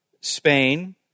Spain